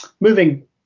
Moving